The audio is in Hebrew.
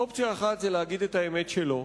אופציה אחת היא להגיד את האמת שלו,